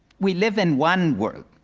we live in one world.